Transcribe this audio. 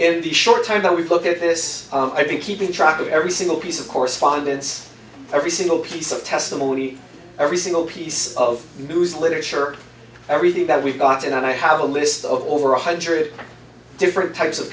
in the short time that we look at this i've been keeping track of every single piece of correspondence every single piece of testimony every single piece of news literature everything that we've gotten and i have a list of over one hundred different types of